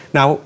Now